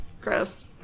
gross